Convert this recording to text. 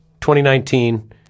2019